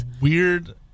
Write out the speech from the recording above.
weird